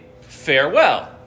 farewell